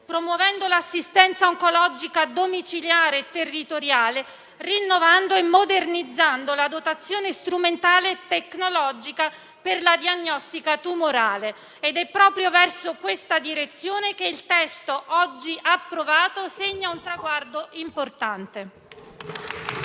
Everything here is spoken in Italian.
e l'assistenza oncologica domiciliare territoriale, nonché rinnovando e modernizzando la dotazione strumentale tecnologica per la diagnostica tumorale. Ed è proprio in questa direzione che il provvedimento oggi in esame segna un traguardo importante.